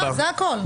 זה הכול.